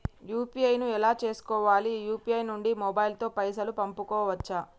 UPI ను ఎలా చేస్కోవాలి యూ.పీ.ఐ నుండి మొబైల్ తో పైసల్ పంపుకోవచ్చా?